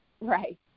right